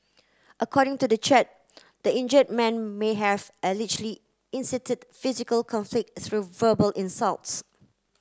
according to the chat the injured man may have allegedly incited physical conflict through verbal insults